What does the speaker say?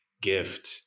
gift